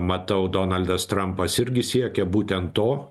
matau donaldas trampas irgi siekia būtent to